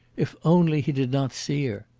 if only he did not see her!